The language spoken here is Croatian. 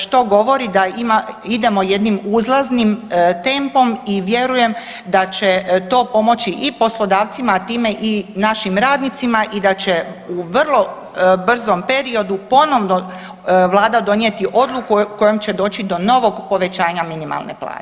Što govori da ide jednim uzlaznim tempom i vjerujem da će to pomoći i poslodavcima, a time i našim radnicima i da će u vrlo brzom periodu ponovno Vlada donijeti odluku kojom će doći do novog povećanja minimalne plaće.